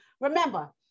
Remember